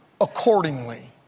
accordingly